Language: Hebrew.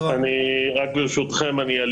ולאחר מכן אנחנו ניגשים להקראה.